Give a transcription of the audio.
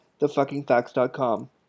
thefuckingfacts.com